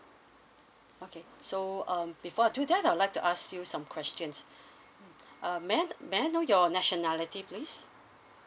okay so um before I do that I'll like to ask you some questions uh may I may I know your nationality please